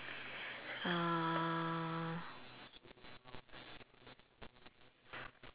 uh